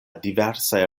diversaj